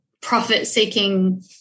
profit-seeking